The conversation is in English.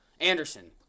Anderson